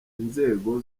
inzego